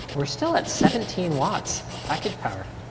we're still at seventeen watts package power.